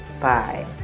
Bye